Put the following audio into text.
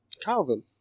Calvin